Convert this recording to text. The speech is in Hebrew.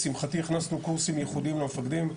לשמחתי הכנסנו קורסים איכותיים למפקדים.